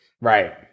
right